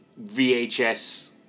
VHS